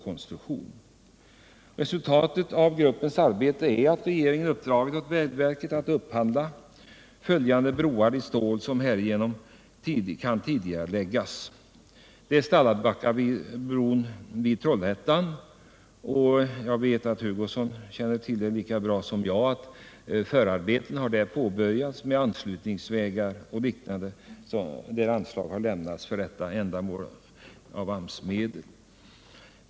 Resultatet av gruppens arbete är att regeringen uppdragit åt vägverket att upphandla ett antal broar i stål, vilka beställningar härigenom kan tidigareläggas. Det gäller t.ex. Stallbackabron vid Trollhättan. Där vet Kurt Hugosson lika bra som jag att förarbeten med anslutningsvägar och liknande har påbörjats och att anslag för detta ändamål utgått av AMS-medel.